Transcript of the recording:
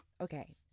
okay